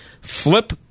flip